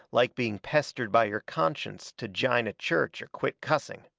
like being pestered by your conscience to jine a church or quit cussing.